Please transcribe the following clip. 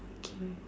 K